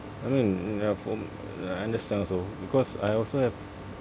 I mean ya from uh I understand also because I also have